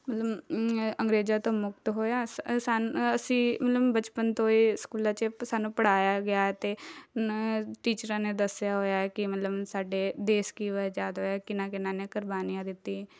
ਮਲਬ ਅੰਗਰੇਜ਼ਾਂ ਤੋਂ ਮੁਕਤ ਹੋਇਆ ਅਸੀਂ ਮਤਲਬ ਬਚਪਨ ਤੋਂ ਹੀ ਸਕੂਲਾਂ 'ਚ ਸਾਨੂੰ ਪੜ੍ਹਾਇਆ ਗਿਆ ਹੈ ਅਤੇ ਉਨ੍ਹਾਂ ਟੀਚਰਾਂ ਨੇ ਦੱਸਿਆਂ ਹੋਇਆ ਕਿ ਮਤਲਬ ਸਾਡੇ ਦੇਸ਼ ਕਿਵੇਂ ਅਜ਼ਾਦ ਹੋਇਆ ਕਿਹਨਾਂ ਕਿਹਨਾਂ ਨੇ ਕੁਰਬਾਨੀਆਂ ਦਿੱਤੀ